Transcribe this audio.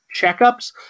checkups